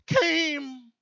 came